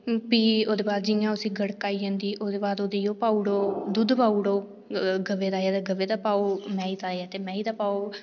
प्ही ओह्दे बाद जि'यां उसी गड़क आई जंदी ओह्दे बाद प्ही ओह्दे च दुद्ध पाई ओड़ो गवै दा ऐ ते गवै दा पाओ मेहीं दा ऐ ते मेहीं दा पाओ